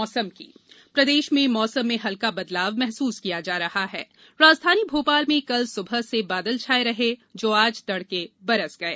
मौसम प्रदेश में मौसम में हल्का बदलाव महसूस किया जा रहा है राजधानी भोपाल में कल सुबह से बादल छाए रहे जो आज तड़के बरस गए